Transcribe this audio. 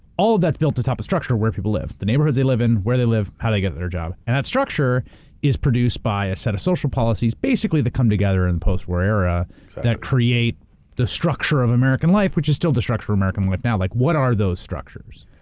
all of that's built to top of structure where people live. the neighborhoods they live in, where they live, how they get their job. and that structure is produced by a set of social policies basically that come together in post war era that create the structure of american life, which is still the structure of american life now. like what are those structures?